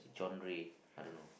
genre I don't know